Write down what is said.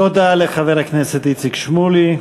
תודה לחבר הכנסת איציק שמולי.